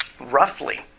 roughly